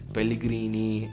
Pellegrini